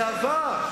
זה עבר.